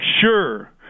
sure